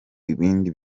ibindi